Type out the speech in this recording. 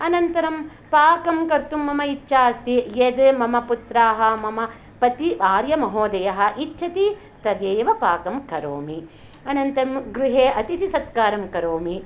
अनन्तरं पाकं कर्तुं मम इच्छास्ति यद् मम पुत्राः मम पतिः आर्यमहोदयः इच्छति तदेव पाकं करोमि अनन्तरं गृहे अतिथिसत्कारं करोमि